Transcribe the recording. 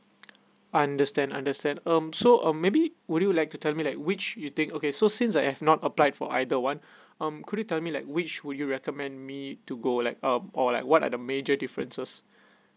understand understand um so uh maybe would you like to tell me like which you think okay so since I have not applied for either one um could you tell me like which would you recommend me to go like uh like what are the major differences